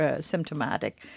symptomatic